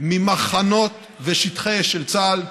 ממחנות ושטחי אש של צה"ל,